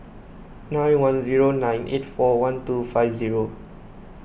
nine one zero nine eight four one two five zero